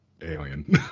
Alien